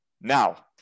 Now